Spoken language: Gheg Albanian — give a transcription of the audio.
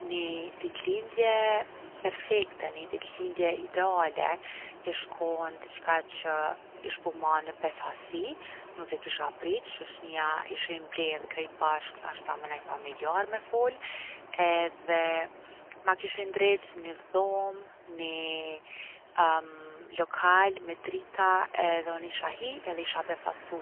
Ni ditlindje perfekte, ni ditlindje ideale ish kon diçka që ish bo ma në befasi, nuk e kisha prit. Shoqnia ishin mledh krejt bashk’ nashta me naj familjarë me fol edhe ma kishin ndreq ni dhomë, ni lokal me drita, edhe unë isha hi edhe isha befasu.